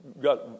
got